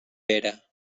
pere